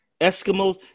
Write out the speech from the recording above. Eskimos